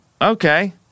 okay